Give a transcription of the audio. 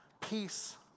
Peace